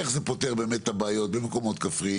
איך זה פותר באמת את הבעיות במקומות כפריים,